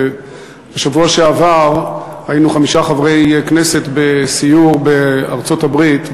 בשבוע שעבר היינו חמישה חברי כנסת בסיור בארצות-הברית,